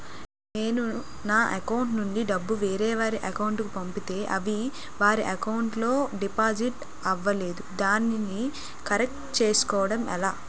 నేను నా అకౌంట్ నుండి డబ్బు వేరే వారి అకౌంట్ కు పంపితే అవి వారి అకౌంట్ లొ డిపాజిట్ అవలేదు దానిని కరెక్ట్ చేసుకోవడం ఎలా?